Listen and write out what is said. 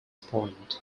point